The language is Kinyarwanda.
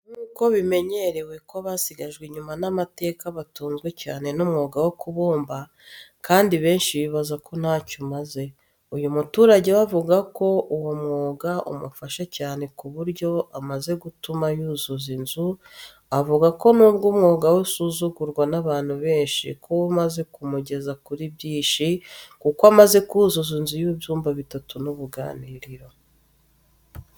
Nk’uko bimenyerewe ko abasigajwe inyuma n’amateka batunzwe cyane n’umwuga wo kubumba, kandi benshi bibaza ko ntacyo umaze, uyu muturage we avuga ko uwo mwuga umufasha cyane ku buryo umaze gutuma yuzuza inzu. Avuga ko n’ubwo umwuga we usuzugurwa n’abantu benshi, ko we umaze kumugeza kuri byinshi kuko amaze kuzuza inzu y’ibyumba bitatu n’uruganiriro.